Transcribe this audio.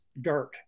dirt